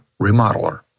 remodeler